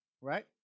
right